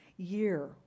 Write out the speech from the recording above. year